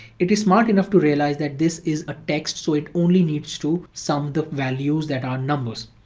it is smart enough to realize that this is a text, so it only needs to sum the values that are numbers.